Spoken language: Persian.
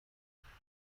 توانید